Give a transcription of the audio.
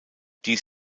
dies